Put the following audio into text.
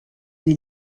des